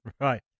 right